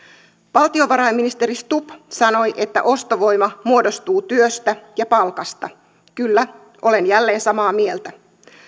valtiovarainministeri stubb sanoi että ostovoima muodostuu työstä ja palkasta kyllä olen jälleen samaa mieltä